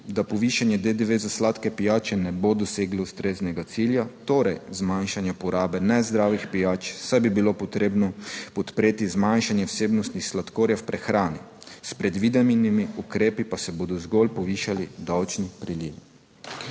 da povišanje DDV za sladke pijače ne bo doseg ustreznega cilja, torej zmanjšanja porabe nezdravih pijač, saj bi bilo potrebno podpreti zmanjšanje vsebnosti sladkorja v prehrani. S predvidenimi ukrepi pa se bodo zgolj povišali davčni prilivi.